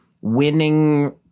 winning